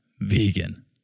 vegan